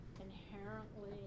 inherently